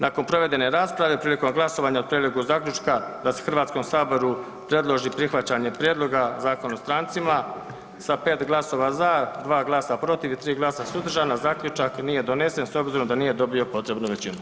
Nakon provedene rasprave prilikom glasovanja o prijedlogu zaključka da se HS predloži prihvaćanje prijedloga Zakon o strancima sa 5 glasova za, 2 glasa protiv i 3 glasa suzdržana, zaključak nije donesen s obzirom da nije dobio potrebnu većinu.